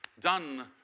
done